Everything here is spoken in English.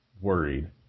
worried